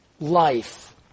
life